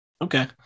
Okay